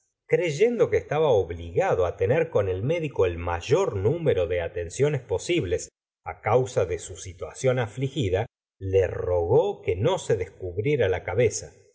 creyendo que estaba obligado á tener con el médico el mayor número de atenciones posible it causa de su situación afligida le rogó que no se descubriera la cabeza